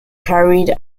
carried